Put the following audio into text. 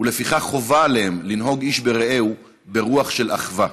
לפיכך חובה עליהם לנהוג איש ברעהו ברוח של אחווה".